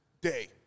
day